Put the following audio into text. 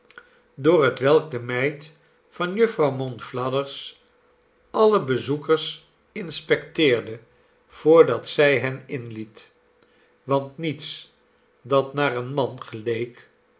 door hetwelk de meid van jufvrouw monflathers alle bezoekers inspecteerde voordat zij hen inliet want niets dat naar een man geleek